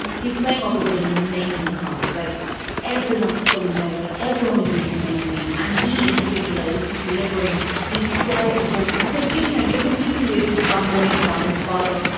he's playing opposite an amazing costs, like everyone is pulling their weight. everyone is doing amazing. and he in particular is just delivering these quiet performances because, you you know, you're competing with his flamboyant father. his father,